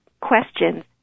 questions